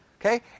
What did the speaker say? Okay